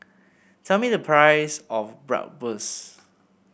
tell me the price of Bratwurst